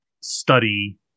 study